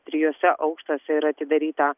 trijuose aukštuose yra atidaryta